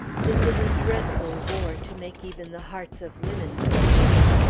this is a dreadful war, to make even the hearts of women so bitter!